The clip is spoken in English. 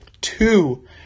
two